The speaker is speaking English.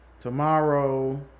Tomorrow